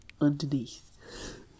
underneath